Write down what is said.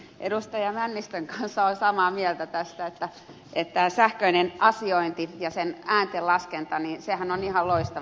edustaja männistön kanssa olen samaa mieltä tästä että tämä sähköinen asiointi ja sen ääntenlaskentahan on ihan loistava